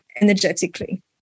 energetically